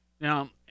Now